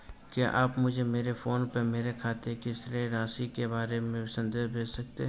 क्या आप मुझे मेरे फ़ोन पर मेरे खाते की शेष राशि के बारे में संदेश भेज सकते हैं?